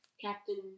Captain